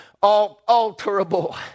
alterable